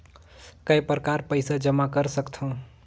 काय प्रकार पईसा जमा कर सकथव?